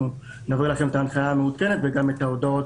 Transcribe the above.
נביא לכם את ההנחיה המעודכנת וגם את ההודעות.